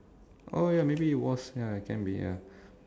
oh ya maybe it was ya it can be ya